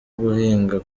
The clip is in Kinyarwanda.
guhinga